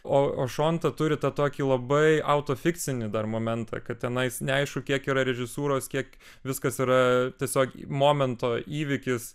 o o šonta turi tą tokį labai autofikcinį dar momentą kad tenais neaišku kiek yra režisūros kiek viskas yra tiesiog momento įvykis